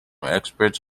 experts